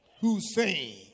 Hussein